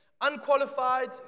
unqualified